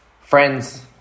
Friends